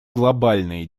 глобальные